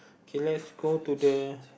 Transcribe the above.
okay let's go to the